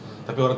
a'ah